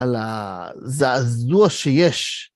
על הזעזוע שיש.